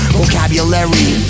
vocabulary